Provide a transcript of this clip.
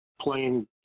playing